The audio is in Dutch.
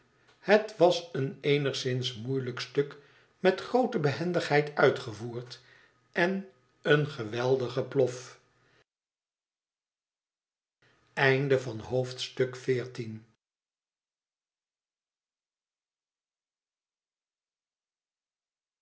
het was een eenigszins moeilijk stuk met groote behendigheid uitgevoerd en een geweldige plof